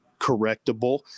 correctable